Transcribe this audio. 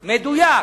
מדויק,